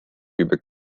juba